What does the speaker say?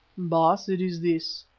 baas, it is this.